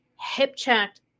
hip-checked